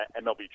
MLB